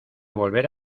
volver